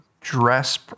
dress